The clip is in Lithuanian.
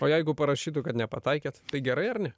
o jeigu parašytų kad nepataikėt tai gerai ar ne